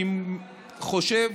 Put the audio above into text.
אני חושב